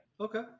Okay